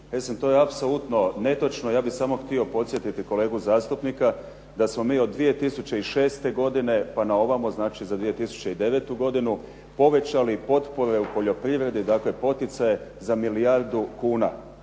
to je apsolutno netočno. Ja bih samo htio podsjetiti kolegu zastupnika da smo mi od 2006. godine pa na ovamo, znači za 2009. godinu povećali potpore u poljoprivredi, dakle poticaje za milijardu kuna.